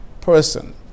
person